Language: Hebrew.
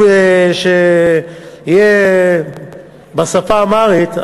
שיהיה בשפה האמהרית,